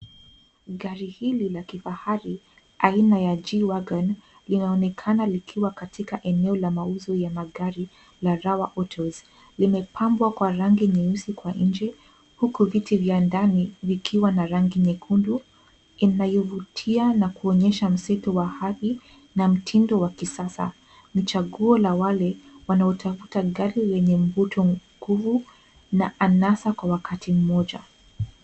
Gari hili la kifahari aina ya G-Wagon linaonekana likiwa katika eneo la mauzo ya magari la Rawa Autos . Limepambwa kwa rangi nyeusi kwa nje huku viti vya ndani vikiwa na rangi nyekundu inayovutia na kuonyesha msitu wa hadhi na mtindo wa kisasa. Ni chaguo la wale wanaotafuta gari wenye mvuto nguvu na anasa kwa wakati mmoja.